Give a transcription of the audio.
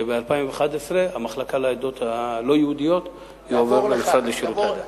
שב-2011 המחלקה לעדות הלא-יהודיות תעבור למשרד לשירותי הדת.